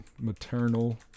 maternal